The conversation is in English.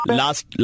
last